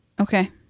okay